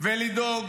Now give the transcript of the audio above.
ולדאוג